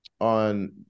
on